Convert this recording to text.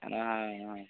ஏன்னா